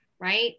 right